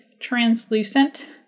translucent